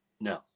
No